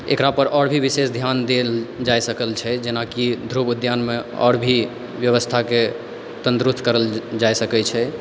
एकरापर आओर भी विशेष धियान देल जाइ सकल छै जेनाकि ध्रुव उद्यानमे आओर भी बेबस्थाके तन्दुरुस्त करल जाइ सकै छै